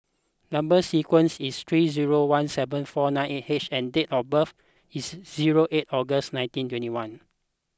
Number Sequence is T three zero one seven four nine eight H and date of birth is zero eight August nineteen twenty one